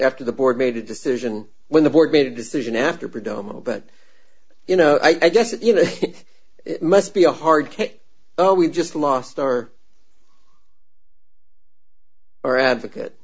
after the board made a decision when the board made a decision after predominate but you know i guess that you know it must be a hard k oh we just lost our or advocate